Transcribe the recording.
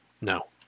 No